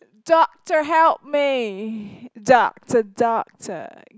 doctor help me doctor doctor